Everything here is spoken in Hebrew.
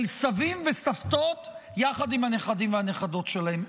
סבים וסבתות יחד עם הנכדים והנכדות שלהם.